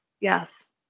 Yes